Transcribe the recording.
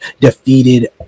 defeated